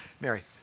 Mary